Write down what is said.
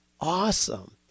awesome